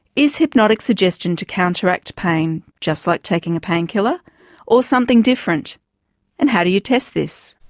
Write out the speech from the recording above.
is hypnotic suggestion to counteract pain just like taking a pain killer or something different and how do you test this?